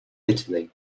italy